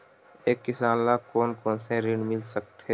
एक किसान ल कोन कोन से ऋण मिल सकथे?